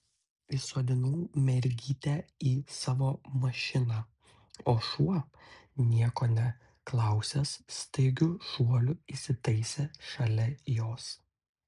įsodinau mergytę į savo mašiną o šuo nieko neklausęs staigiu šuoliu įsitaisė šalia jos